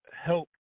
help